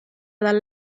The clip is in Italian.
dal